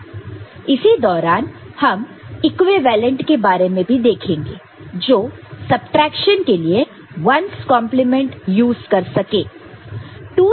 इसी दौरान हम इक्विवेलेंट के बारे में भी देखेंगे जो सबट्रैक्शन के लिए 1's कंप्लीमेंट यूज कर सकें